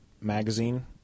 magazine